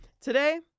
Today